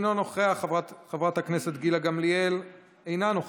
אינו נוכח, חברת הכנסת גילה גמליאל, אינה נוכחת,